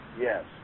Yes